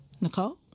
Nicole